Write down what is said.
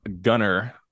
Gunner